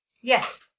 Yes